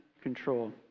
control